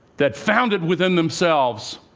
that found it within themselves